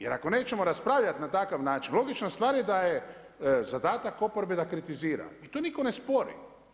Jer ako nećemo raspravljati na takav način, logična stvar je da je zadatak oporbe da kritizira i to nitko ne spori.